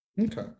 Okay